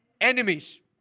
enemies